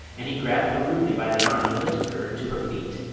and he grabbed her rudely by the arm and lifted her to her feet.